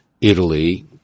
Italy